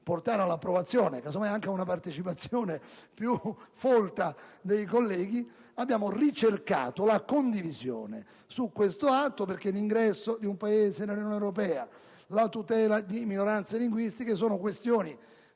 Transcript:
esito di approvazione e magari anche con una partecipazione più folta dei colleghi. Al contrario, abbiamo ricercato la condivisione su questo atto, perché l'ingresso di un Paese nell'Unione europea e la tutela delle minoranze linguistiche sono questioni